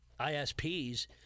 ISPs